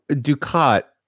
Ducat